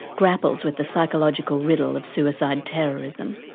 grapples with the psychological riddle of suicide terrorism.